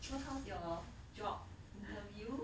so how's your job interview